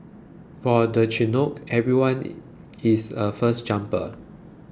for the Chinook everyone is a first jumper